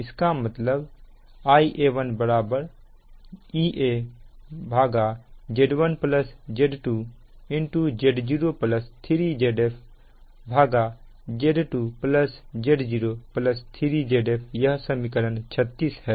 इसका मतलब Ia1 Ea Z1 Z2Z03ZfZ2Z03Zf यह समीकरण 36 है